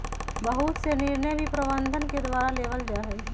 बहुत से निर्णय भी प्रबन्धन के द्वारा लेबल जा हई